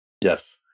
Yes